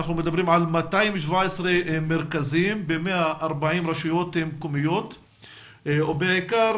אנחנו מדברים על 217 מרכזים ב-140 רשויות מקומיות ובעיקר